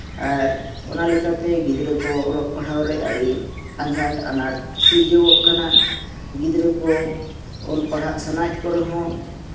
ᱟᱨ ᱚᱱᱟ ᱞᱮᱠᱟᱛᱮ ᱜᱤᱫᱽᱨᱟᱹ ᱠᱚ ᱚᱞᱚᱜ ᱯᱟᱲᱦᱟᱣ ᱨᱮ ᱟᱹᱰᱤ ᱟᱡᱷᱟᱴ ᱟᱱᱟᱴ ᱥᱤᱨᱡᱟᱹᱣᱚᱜ ᱠᱟᱱᱟ ᱜᱤᱫᱽᱨᱟᱹ ᱠᱚ ᱚᱞ ᱯᱟᱲᱦᱟᱣ ᱥᱟᱱᱟᱭᱮᱫ ᱠᱚ ᱨᱮᱦᱚᱸ